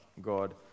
god